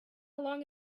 along